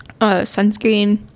sunscreen